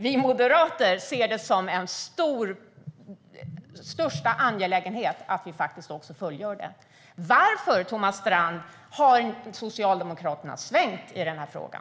Vi moderater anser att det är av största angelägenhet att vi också fullgör det. Varför, Thomas Strand, har Socialdemokraterna inte svängt i den här frågan?